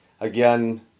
again